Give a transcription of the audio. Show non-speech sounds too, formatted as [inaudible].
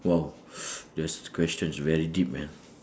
!wow! [noise] this question is very deep man